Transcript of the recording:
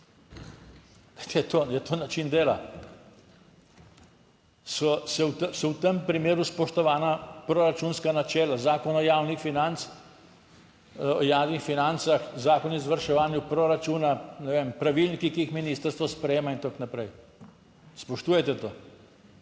(nadaljevanje) So v tem primeru spoštovana proračunska načela, Zakon o javnih financah, Zakon o izvrševanju proračuna, ne vem, pravilniki, ki jih ministrstvo sprejema, in tako naprej. Spoštujete to?